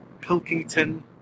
Pilkington